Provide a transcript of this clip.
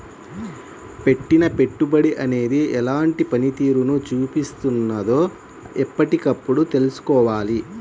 పెట్టిన పెట్టుబడి అనేది ఎలాంటి పనితీరును చూపిస్తున్నదో ఎప్పటికప్పుడు తెల్సుకోవాలి